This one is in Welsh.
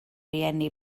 rieni